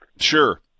sure